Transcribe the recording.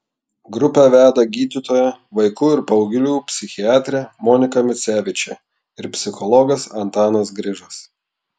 grupę veda gydytoja vaikų ir paauglių psichiatrė monika misevičė ir psichologas antanas grižas